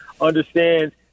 understands